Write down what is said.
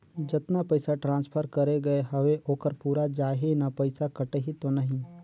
जतना पइसा ट्रांसफर करे गये हवे ओकर पूरा जाही न पइसा कटही तो नहीं?